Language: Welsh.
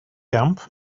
gamp